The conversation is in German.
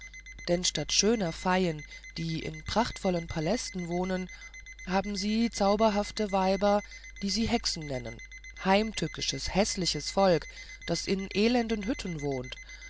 denn statt schöner feien die in prachtvollen palästen wohnen haben sie zauberhafte weiber die sie hexen nennen heimtückisches häßliches volk das in elenden hütten wohnt